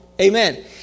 Amen